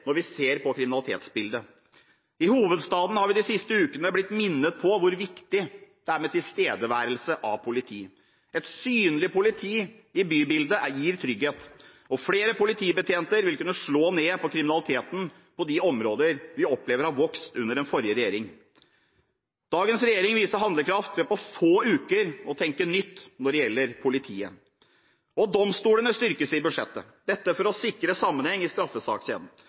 når vi ser på kriminalitetsbildet. I hovedstaden har vi de siste ukene blitt minnet på hvor viktig det er med tilstedeværelse av politi. Et synlig politi i bybildet gir trygghet, og flere politibetjenter vil kunne slå ned på kriminaliteten på de områder vi opplever har vokst under den forrige regjeringen. Dagens regjering viser handlekraft ved på få uker å tenke nytt når det gjelder politiet. Domstolene styrkes i budsjettet, dette for å sikre sammenheng i straffesakskjeden.